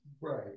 right